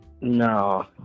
No